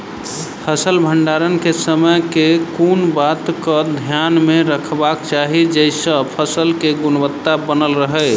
फसल भण्डारण केँ समय केँ कुन बात कऽ ध्यान मे रखबाक चाहि जयसँ फसल केँ गुणवता बनल रहै?